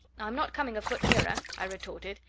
i'm not coming a foot nearer, i retorted,